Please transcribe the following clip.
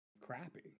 crappy